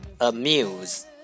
Amuse